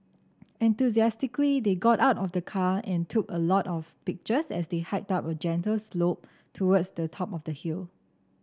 enthusiastically they got out of the car and took a lot of pictures as they hiked up a gentle slope towards the top of the hill